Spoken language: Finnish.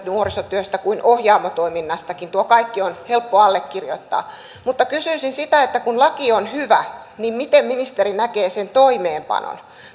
nuorisotyöstä kuin ohjaamo toiminnastakin tuo kaikki on helppo allekirjoittaa mutta kysyisin sitä kun laki on hyvä niin miten ministeri näkee sen toimeenpanon